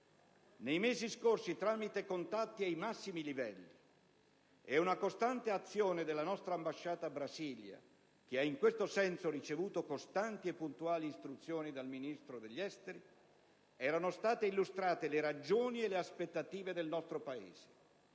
Nei mesi scorsi, tramite contatti ai massimi livelli e una costante azione della nostra ambasciata a Brasilia, che ha in questo senso ricevuto costanti e puntuali istruzioni dal Ministro degli esteri, erano state illustrate le ragioni e le aspettative del nostro Paese.